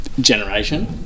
Generation